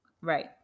Right